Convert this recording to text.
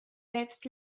selbst